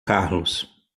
carlos